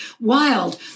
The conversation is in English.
wild